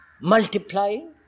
multiplying, –